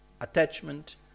attachment